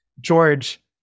George